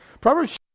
Proverbs